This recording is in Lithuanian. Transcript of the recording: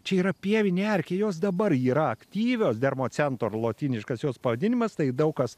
čia yra pievinė erkė jos dabar yra aktyvios dermocentor lotyniškas jos pavadinimas tai daug kas